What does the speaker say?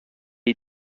est